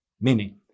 meaning